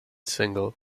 single